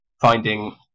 finding